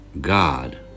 God